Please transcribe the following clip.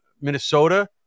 Minnesota